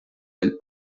del